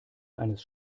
eines